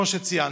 כמו שציינת,